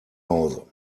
hause